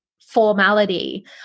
formality